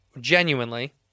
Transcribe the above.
genuinely